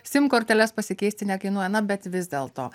sim korteles pasikeisti nekainuoja na bet vis dėlto